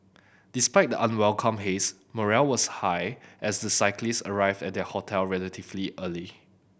despite the unwelcome haze morale was high as the cyclist arrived at their hotel relatively early